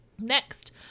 Next